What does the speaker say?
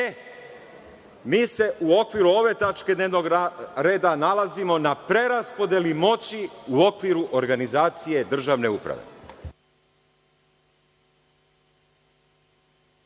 mi se u okviru ove tačke dnevnog reda nalazimo na preraspodeli moći u okviru organizacije državne uprave.